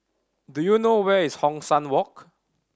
do you know where is Hong San Walk